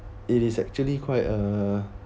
it is actually quite uh